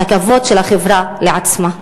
את הכבוד של החברה לעצמה.